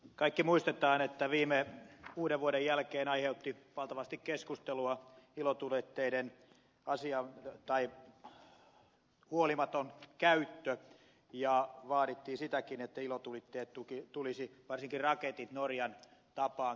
kaikki muistamme että viime uudenvuoden jälkeen aiheutti valtavasti keskustelua ilotulitteiden huolimaton käyttö ja vaadittiin sitäkin että ilotulitteet tulisi varsinkin raketit norjan tapaan kieltää suomessa